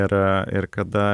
ir ir kada